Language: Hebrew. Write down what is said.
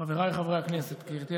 חבריי חברי הכנסת, כאן, כאן.